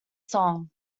song